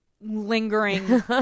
lingering